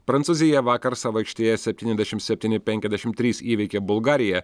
prancūzija vakar savo aikštėje septyniasdešimt septyni penkiasdešimt trys įveikė bulgariją